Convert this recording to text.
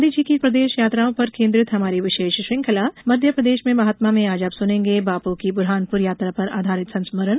गांधी जी की प्रदेश यात्राओं पर केन्द्रित हमारी विशेष श्रृंखला मध्यप्रदेश में महात्मा में आज आप सुनेंगे बापू की बुरहानपुर यात्रा पर आधारित संस्मरण